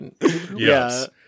Yes